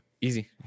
Easy